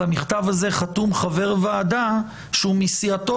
על המכתב הזה חתום חבר ועדה שהוא מסיעתו